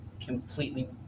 completely